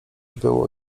było